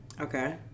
Okay